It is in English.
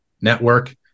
Network